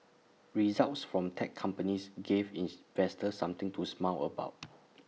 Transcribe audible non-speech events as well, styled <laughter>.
results from tech companies gave <unintelligible> something to smile about <noise>